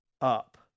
up